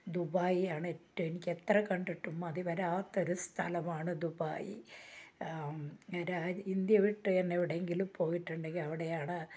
Dubai ആണ് ഏറ്റവും എനിക്ക് എത്ര കണ്ടിട്ടും മതിവരാത്ത ഒരു സ്ഥലമാണ് ദുബായ് ഇന്ത്യ വിട്ട് ഞാൻ എവിടെയെങ്കിലും പോയിട്ടുണ്ടെങ്കിൽ അവിടെയാണ്